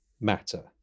matter